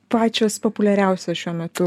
pačios populiariausios šiuo metu